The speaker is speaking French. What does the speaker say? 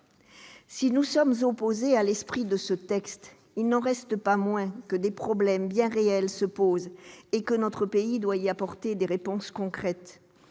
Si nous sommes opposés à l'esprit de ce texte, il n'en reste pas moins que des problèmes bien réels se posent et que notre pays doit y apporter des réponses concrètes,